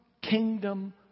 Kingdom